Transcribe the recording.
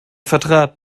vertrat